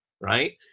Right